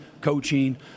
coaching